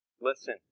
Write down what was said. Listen